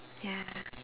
ya